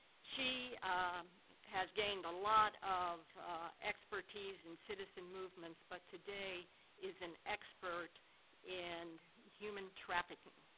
she has gained a lot of expertise in citizen movements, but today is an expert in human trafficking.